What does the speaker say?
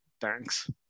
Thanks